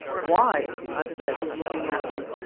why? i said, looking at him.